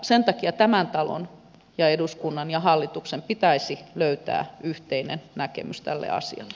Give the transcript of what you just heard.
sen takia tämän talon eduskunnan ja hallituksen pitäisi löytää yhteinen näkemys tälle asialle